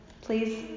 Please